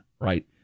right